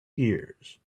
ears